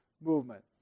Movement